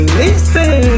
listen